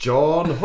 John